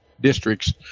districts